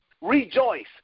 Rejoice